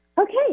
Okay